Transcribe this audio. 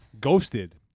ghosted